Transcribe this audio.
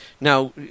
Now